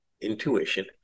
intuition